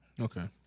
Okay